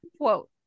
Quote